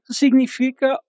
significa